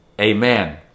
Amen